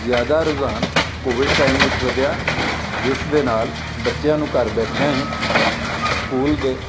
ਜ਼ਿਆਦਾ ਰੁਝਾਨ Covid time ਵਿੱਚ ਵਧਿਆ ਜਿਸ ਦੇ ਨਾਲ ਬੱਚਿਆਂ ਨੂੰ ਘਰ ਬੈਠਿਆਂ ਹੀ ਸਕੂਲ ਦੇ